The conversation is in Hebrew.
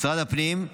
משרד הפנים,